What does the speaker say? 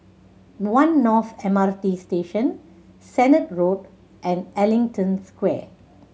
One North M R T Station Sennett Road and Ellington Square